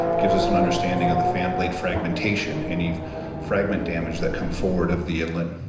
gives us an understanding of the fan blade fragmentation, any fragment damage that come forward of the inlet,